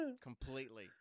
Completely